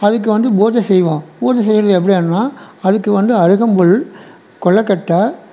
அதுக்கு வந்து பூஜை செய்வோம் பூஜை செய்வது எப்படியன்னா அதுக்கு வந்து அருகம்புல் கொழுக்கட்ட